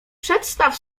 przedstaw